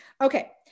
Okay